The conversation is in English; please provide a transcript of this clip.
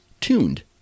tuned